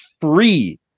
free